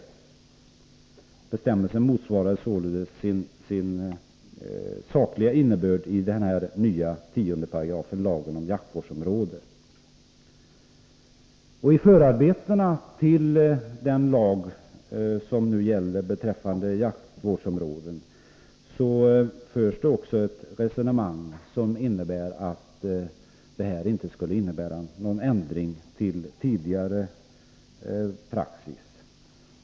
Denna bestämmelse motsvaras således till sin sakliga innebörd av 10 § i den nya lagen om jaktvårdsområden. I förarbetena till den lag som nu gäller beträffande jaktvårdsområde förs det också ett resonemang om att den nya lagen inte skulle innebära någon ändring av tidigare praxis.